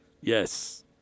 Yes